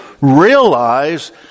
realize